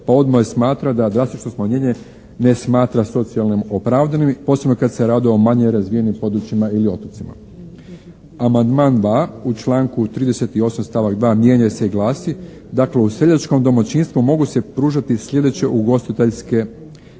smatra da drastično smanjenje ne smatra socijalno opravdanim posebno kad se radi o manje razvijenim područjima ili otocima. Amandman 2. u članku 38. stavak 2. mijenja se i glasi: "Dakle, u seljačkom domaćinstvu mogu se pružati slijedeće ugostiteljske usluge: